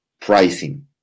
pricing